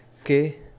okay